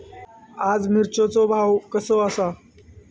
आज मिरचेचो भाव कसो आसा?